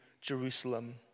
Jerusalem